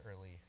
early